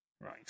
Right